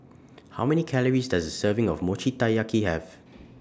How Many Calories Does A Serving of Mochi Taiyaki Have